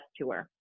tour